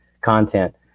content